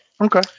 okay